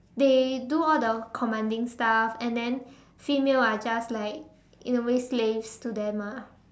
they do all the commanding stuff and then females are just like in a way slaves to them ah